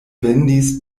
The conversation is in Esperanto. vendis